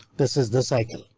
this is the cycle,